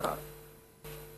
שמע,